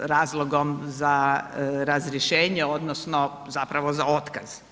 razlogom za razrješenje odnosno zapravo za otkaz.